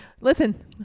listen